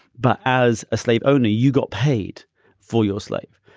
but as a slave owner, you got paid for your slave.